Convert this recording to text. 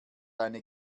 eine